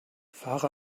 fahre